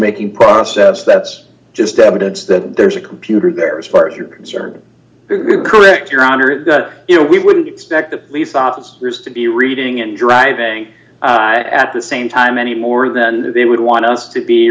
making process that's just evidence that there's a computer there as far as you're concerned correct your honor you know we wouldn't expect the police officers to be reading and driving at the same time anymore than they would want us to be